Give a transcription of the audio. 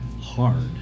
hard